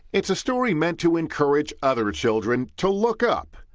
it's a story meant to encourage other children to look up.